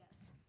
Yes